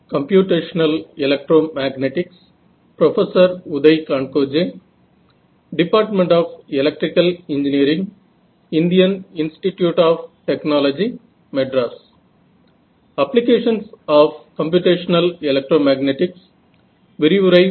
तर अशाप्रकारे आपण सारांशापर्यंत येऊन पोहोचलो आहोत बरोबर आहे